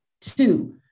two